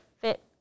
fit